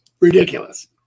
Ridiculous